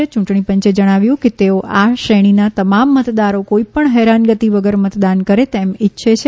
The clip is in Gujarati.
યુંટણી પંચે જણાવ્યું છે કે તેઓ આ શ્રેણીના તમામ મતદારો કોઇપણ હેરાનગતી વગર મતદાન કરે તેમ ઇચ્છે છે